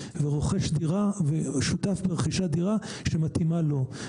רוכש דירה ושותף ברכישת דירה שמתאימה לו.